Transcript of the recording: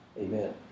Amen